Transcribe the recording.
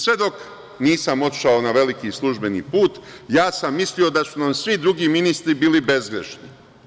Sve dok nisam otišao na veliki službeni put, ja sam mislio da su nam svi drugi ministri bili bezgrešni.